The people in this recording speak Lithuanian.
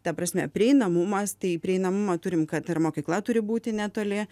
ta prasme prieinamumas tai prieinamumą turim kad yra mokykla turi būti netoli